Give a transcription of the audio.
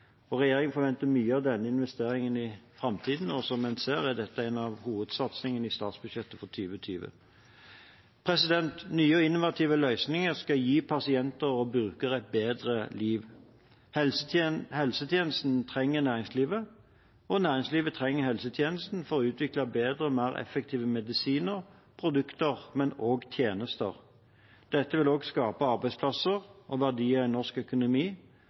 datakilder. Regjeringen forventer mye av denne investeringen i framtiden. Og som man ser, er dette en av hovedsatsingene i statsbudsjettet for 2020. Nye og innovative løsninger skal gi pasienter og brukere et bedre liv. Helsetjenesten trenger næringslivet, og næringslivet trenger helsetjenesten for å utvikle bedre og mer effektive medisiner, produkter og tjenester. Dette vil også skape arbeidsplasser og verdier i norsk økonomi